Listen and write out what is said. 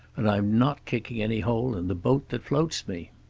and i'm not kicking any hole in the boat that floats me.